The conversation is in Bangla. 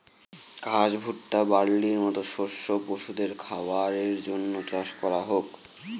ঘাস, ভুট্টা, বার্লির মতো শস্য পশুদের খাবারের জন্য চাষ করা হোক